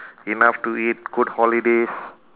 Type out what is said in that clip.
enough to eat good holidays